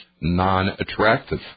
non-attractive